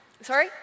Sorry